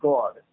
God